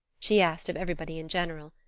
she asked of everybody in general,